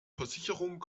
versicherung